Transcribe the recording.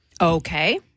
Okay